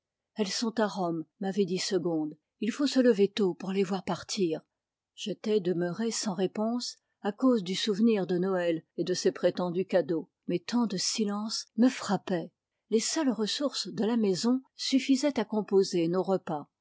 sont à home m'avait dit segonçje n faut se lever tet pour les voir partir j'gtai demeuré sans réponse à cause du souvenir dg noël et de ses cadeaux mqis tant de silence me frappait les seules ressources de la maison suffisaient à composer nos repas